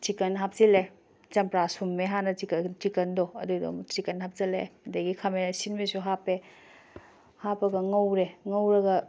chicken ꯍꯥꯞꯆꯤꯜꯂꯦ ꯆꯝꯄ꯭ꯔꯥ ꯁꯨꯝꯃꯦ ꯍꯥꯟꯅ ꯆꯤꯀꯟꯗꯣ ꯑꯗꯨꯗꯣ ꯆꯤꯀꯟ ꯍꯥꯞꯆꯤꯜꯂꯦ ꯑꯗꯩꯒꯤ ꯈꯥꯃꯦꯟ ꯑꯁꯤꯟꯕꯁꯨ ꯍꯥꯞꯄꯦ ꯍꯥꯞꯄꯒ ꯉꯧꯔꯦ ꯉꯧꯔꯒ